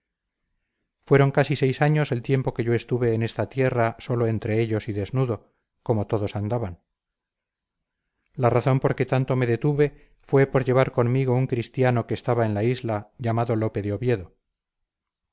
fueron casi seis años el tiempo que yo estuve en esta tierra solo entre ellos y desnudo como todos andaban la razón por que tanto me detuve fue por llevar conmigo un cristiano que estaba en la isla llamado lope de oviedo